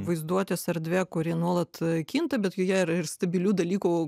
vaizduotės erdvė kuri nuolat kinta bet joje yra ir stabilių dalykų